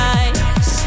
eyes